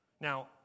now